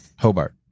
Hobart